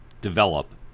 develop